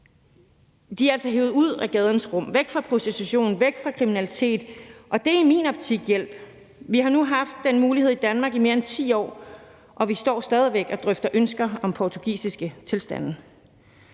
De er altså hevet ud af gadens rum, væk fra prostitution, væk fra kriminalitet, og det er i min optik hjælp. Vi har nu haft den mulighed i Danmark i mere end 10 år, og vi står stadig væk og drøfter ønsker om portugisiske tilstande.